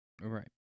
right